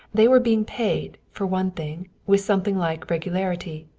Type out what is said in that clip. they were being paid, for one thing, with something like regularity.